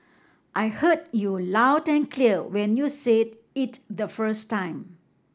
I heard you loud and clear when you said it the first time